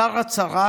עיקר הצרה